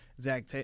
zach